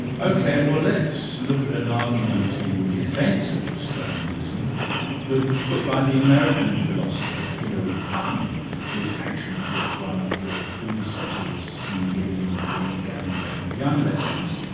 okay, well let's look at an argument in defence of externalism that was put by the american philosopher hilary putnam who actually was one of your predecessors in giving the gavin david young lectures.